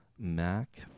mac